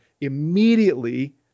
immediately